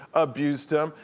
abused him.